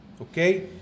okay